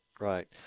right